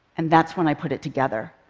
and that's when i put it together.